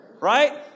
right